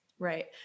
Right